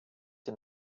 den